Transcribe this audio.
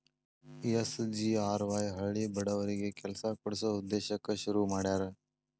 SGRY ಹಳ್ಳಿ ಬಡವರಿಗಿ ಕೆಲ್ಸ ಕೊಡ್ಸ ಉದ್ದೇಶಕ್ಕ ಶುರು ಮಾಡ್ಯಾರ